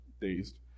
dazed